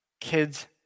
kids